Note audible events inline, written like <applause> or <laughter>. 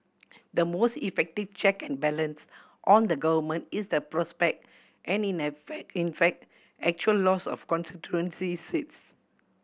the most effective check and balance on the Government is the prospect and in <unintelligible> fact in fact actual loss of constituency seats